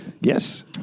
Yes